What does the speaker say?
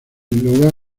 lugar